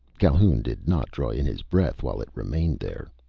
calhoun did not draw in his breath while it remained there.